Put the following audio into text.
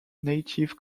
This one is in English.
native